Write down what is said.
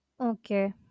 okay